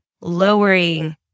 lowering